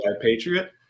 Patriot